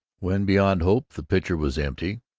when, beyond hope, the pitcher was empty,